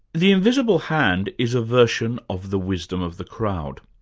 the invisible hand is a version of the wisdom of the crowd.